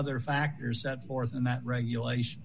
other factors that forth and that regulation